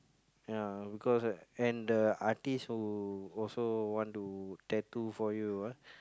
ya because and the artist who also want to tattoo for you ah